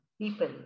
people